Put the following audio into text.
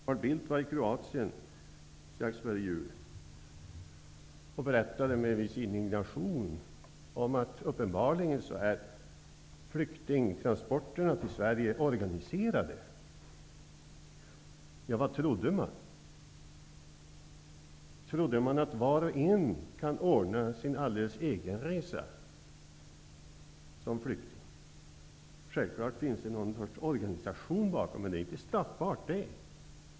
Carl Bildt var i Kroatien strax före jul och berättade med en viss indignation att flyktingtransporterna till Sverige uppenbarligen är organiserade. Ja, vad trodde man? Trodde man att var och en kan ordna sin egen resa? Självklart finns det någon sorts organisation bakom, men det är inte straffbart.